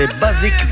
Basic